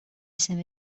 isem